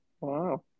Wow